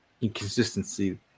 inconsistency